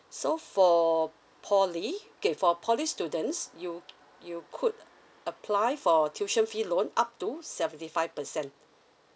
so for poly K for poly students you you could apply for tuition fee loan up to seventy five percent